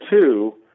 two